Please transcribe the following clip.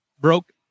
broke